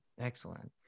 Excellent